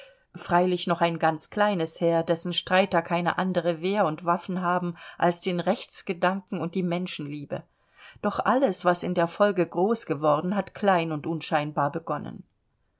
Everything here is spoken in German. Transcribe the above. freilich noch ein ganz kleines heer dessen streiter keine andere wehr und waffen haben als den rechtsgedanken und die menschenliebe doch alles was in der folge groß geworden hat klein und unscheinbar begonnen